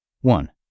One